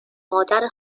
مادر